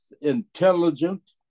intelligent